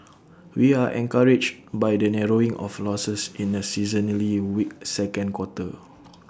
we are encouraged by the narrowing of losses in A seasonally weak second quarter